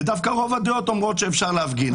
ודווקא רוב הדעות אומרות שאפשר להפגין.